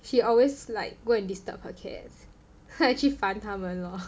she always like go and disturb her cats actually 烦它们 lor